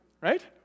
Right